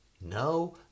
No